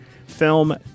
film